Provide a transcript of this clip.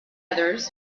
others